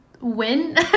win